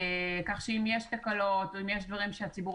כך שאם יש תקלות או אם יש דברים שהציבור